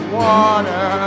water